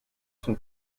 son